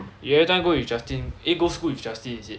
you everytime go with justin eh go school with justin is it